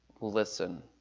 listen